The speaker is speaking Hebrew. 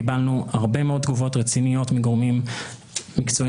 קיבלנו הרבה מאוד תגובות רציניות מגורמים מקצועיים